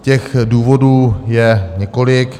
Těch důvodů je několik.